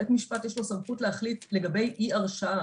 בית המשפט יש לו את הסמכות להחליט לגבי אי הרשעה.